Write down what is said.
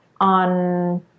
on